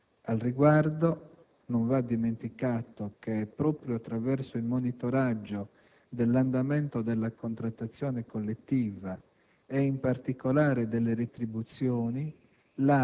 Al riguardo non va dimenticato che, proprio attraverso il monitoraggio dell'andamento della contrattazione collettiva - e, in particolare, delle retribuzioni